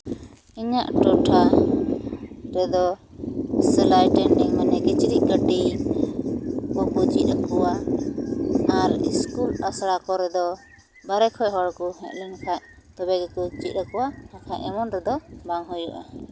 ᱤᱧᱟᱹᱜ ᱴᱚᱴᱷᱟ ᱨᱮᱫᱚ ᱥᱤᱞᱟᱭ ᱴᱨᱮᱱᱤᱝ ᱢᱟᱱᱮ ᱠᱤᱪᱨᱤᱪ ᱠᱟᱹᱴᱤᱝ ᱵᱟᱹᱠᱩ ᱪᱮᱫ ᱟᱠᱚᱣᱟ ᱟᱨ ᱤᱥᱠᱩᱞ ᱟᱥᱲᱟ ᱠᱚᱨᱮ ᱫᱚ ᱵᱟᱦᱨᱮ ᱠᱷᱚᱡ ᱦᱚᱲᱢᱚ ᱦᱮᱡ ᱞᱮᱱᱠᱷᱟᱡ ᱛᱚᱵᱮ ᱜᱮᱠᱚ ᱪᱮᱫ ᱟᱠᱚᱣᱟ ᱠᱷᱟᱡ ᱮᱢᱚᱱ ᱨᱮᱫᱚ ᱵᱟᱝ ᱦᱩᱭᱩᱜᱼᱟ